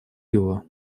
его